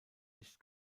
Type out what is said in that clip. nicht